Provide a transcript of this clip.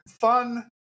Fun